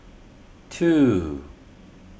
two